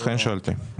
לכן שאלתי.